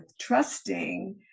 trusting